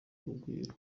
urugwiro